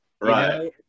Right